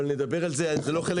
אבל זה לא חלק מהנושא הזה.